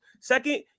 Second